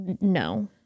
No